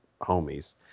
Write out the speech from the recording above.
homies